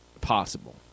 possible